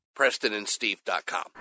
PrestonandSteve.com